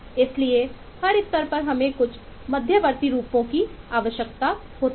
इसलिए हर स्तर पर हमें कुछ मध्यवर्ती रूपों की आवश्यकता होती है